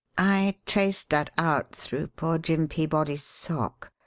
i traced that out through poor jim peabody's sock.